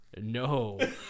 No